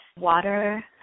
water